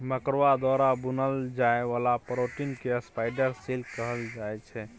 मकरा द्वारा बुनल जाइ बला प्रोटीन केँ स्पाइडर सिल्क कहल जाइ छै